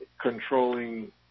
controlling